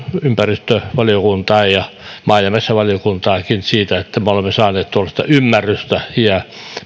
ympäristövaliokuntaa ja maa ja metsätalousvaliokuntaakin siitä että me olemme saaneet tuollaista ymmärrystä ja